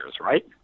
right